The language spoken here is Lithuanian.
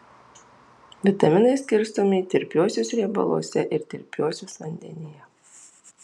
vitaminai skirstomi į tirpiuosius riebaluose ir tirpiuosius vandenyje